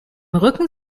rücken